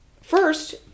First